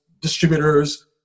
distributors